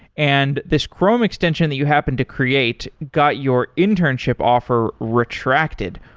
and this chrome extension that you happen to create got your internship offer retracted.